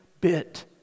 bit